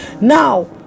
now